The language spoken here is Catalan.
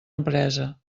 empresa